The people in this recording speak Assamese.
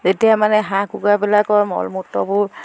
যেতিয়া মানে হাঁহ কুকুৰাবিলাকৰ মল মূত্ৰবোৰ